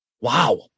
wow